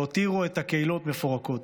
והותירו את הקהילות מפורקות.